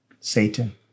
Satan